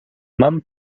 mam